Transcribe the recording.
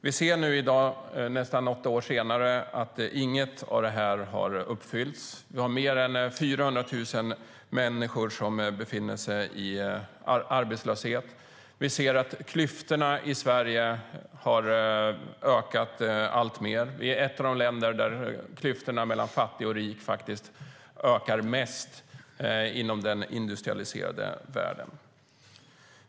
Vi ser i dag nästan åtta år senare att inget av detta uppfyllts. Vi har mer än 400 000 människor som befinner sig i arbetslöshet. Klyftorna i Sverige har ökat alltmer. Vi är ett av de länder inom den industrialiserade världen där klyftorna mellan fattig och rik ökar mest.